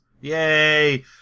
Yay